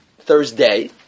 Thursday